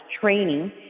training